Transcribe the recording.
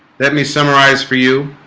let me summarize for you